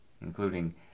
including